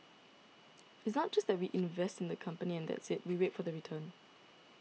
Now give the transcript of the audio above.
it's not just that we invest in the company and that's it we wait for the return